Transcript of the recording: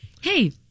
Hey